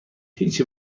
هیچی